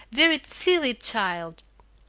very silly child.